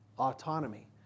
Autonomy